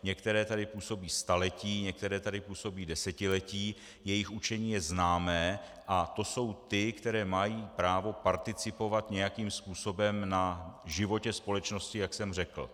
Některé tady působí staletí, některé tady působí desetiletí, jejich učení je známé, a to jsou ty, které mají právo participovat nějakým způsobem na životě společnosti, jak jsem řekl.